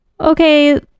okay